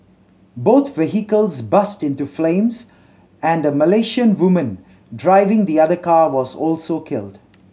both vehicles into flames and a Malaysian woman driving the other car was also killed